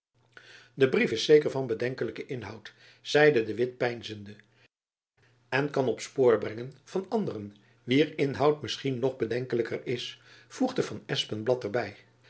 de brief is zeker van bedenkelijken inhoud zeide de witt peinzende en kan op het spoor brengen van anderen wier inhoud misschien nog bedenkelijker is voegde van espenblad er by